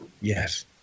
Yes